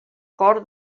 cor